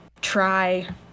try